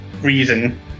reason